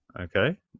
okay